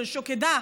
של שוקדה,